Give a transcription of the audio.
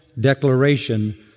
declaration